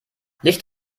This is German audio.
licht